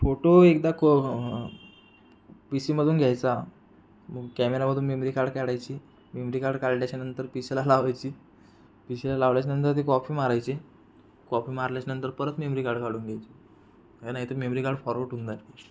photo एकदा पीसीमधून घ्यायचा कॅमेरामधून मेमरी कार्ड काढायची मेमरी कार्ड काढल्याच्यानंतर पीसीला लावायची पीसीला लावल्याच्यानंतर ती कॉफी मारायची कॉफी मारल्याच्यानंतर परत मेमरी कार्ड काढून घ्यायची नाहीतर मेमरी कार्ड फॉरवट होऊन जाते